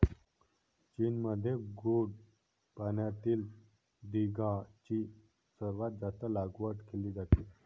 चीनमध्ये गोड पाण्यातील झिगाची सर्वात जास्त लागवड केली जाते